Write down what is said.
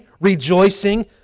rejoicing